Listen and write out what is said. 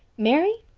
mary?